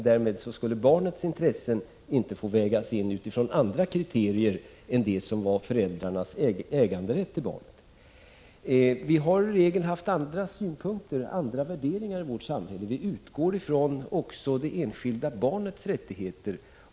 Därmed skulle barnens intressen inte få vägas in utifrån andra kriterier än föräldrarnas äganderätt till barnen. Vi har i regel haft andra synpunkter och värderingar i vårt samhälle. Vi utgår även från det enskilda barnets rättigheter.